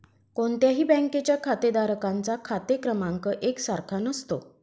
कोणत्याही बँकेच्या खातेधारकांचा खाते क्रमांक एक सारखा नसतो